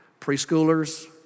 Preschoolers